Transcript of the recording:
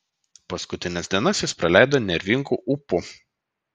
paskutines dienas jis praleido nervingu ūpu